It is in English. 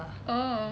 oh